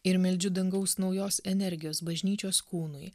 ir meldžiu dangaus naujos energijos bažnyčios kūnui